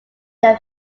there